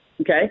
Okay